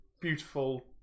beautiful